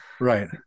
right